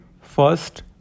first